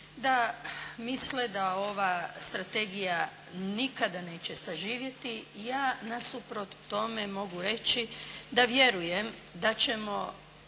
da misle da ova strategija nikada neće saživjeti. Ja nasuprot tome mogu reći da vjerujem da ćemo